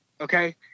okay